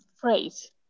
phrase